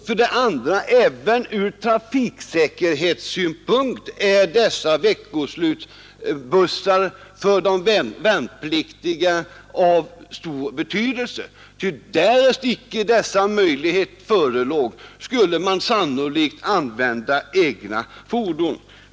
För det andra är dessa veckoslutsbussar för de värnpliktiga av stor betydelse även ur trafiksäkerhetssynpunkt, ty därest icke denna möjlighet förelåg, skulle man sannolikt använda egna fordon.